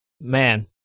Man